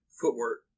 footwork